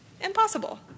impossible